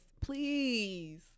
Please